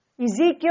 Ezekiel